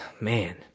man